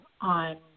on